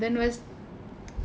then was